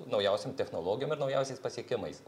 naujausiom technologijom ir naujausiais pasiekimais